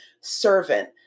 servant